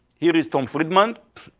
here is tom friedman,